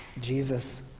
Jesus